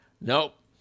Nope